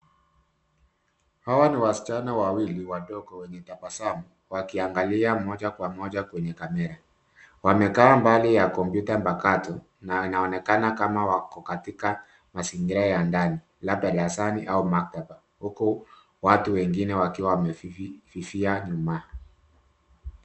Hawa ni wasichana wawili wadogo wenye tabasamu wakiangalia moja kwa moja kwenye kamera. Wamekaa mbali ya kompyuta mpakato na inaonekana kama wako katika mazingira ya ndani labda darasani au maktaba huku watu wengine wakiwa wamefifia nyuma.